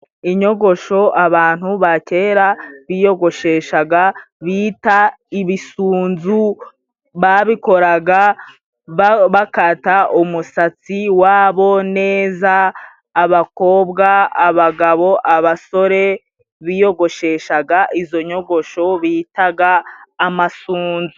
Inyogosho abantu ba kera biyogosheshaga bita ibisunzu. Babikoraga bakata umusatsi wabo neza abakobwa, abagabo, abasore biyogosheshaga izo nyogosho bitaga amasunzu.